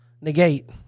negate